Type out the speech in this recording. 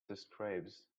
describes